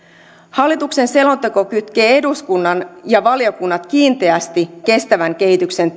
hallituksen selonteko kytkee eduskunnan ja valiokunnat kiinteästi kestävän kehityksen